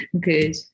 good